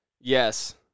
Yes